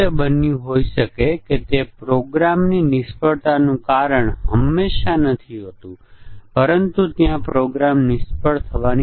હવે ચાલો જોઈએ કે કયા વિશિષ્ટ પ્રકારનાં મ્યુટન્ટ છે જે આપણે પ્રોગ્રામમાં રજૂ કરીએ છીએ